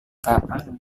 kapan